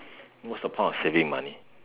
what's the point of saving money